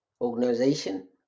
organization